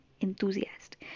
enthusiast